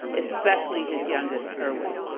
especially his youngest, erwin.